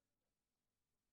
בסדר גמור.